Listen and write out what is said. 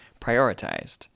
prioritized